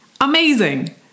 Amazing